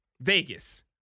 Vegas